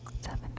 Seven